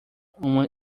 uma